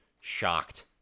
shocked